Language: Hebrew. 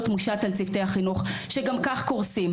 מושת על צוותי החינוך שגם כך קורסים.